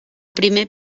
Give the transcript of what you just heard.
primer